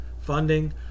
funding